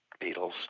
Beatles